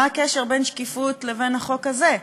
מה הקשר בין שקיפות לבין החוק הזה?